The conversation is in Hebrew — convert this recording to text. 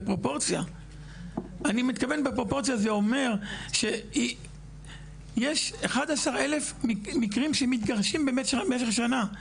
אני מתכוון בפרופורציה זה אומר שיש 11,000 מקרים שמתגרשים במשך שנה.